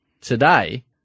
today